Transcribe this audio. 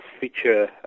feature